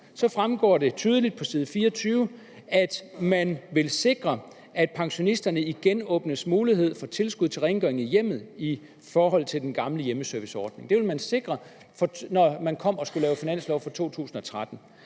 så fremgår det tydeligt på side 24, at man ville sikre, at pensionisterne igen fik åbnet mulighed for tilskud til rengøring i hjemmet i forhold til den gamle hjemmeserviceordning. Det ville man sikre, når man kom og skulle lave finanslov for 2013.